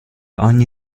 ogni